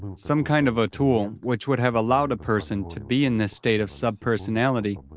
some kind of a tool which would have allowed a person to be in this state of subpersonality